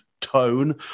tone